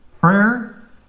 Prayer